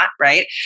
right